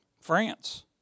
France